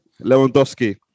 Lewandowski